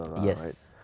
Yes